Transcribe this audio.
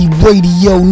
radio